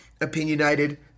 opinionated